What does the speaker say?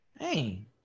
Hey